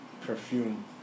perfume